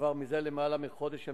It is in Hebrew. זה כבר למעלה מחודש ימים,